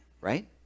Right